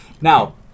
now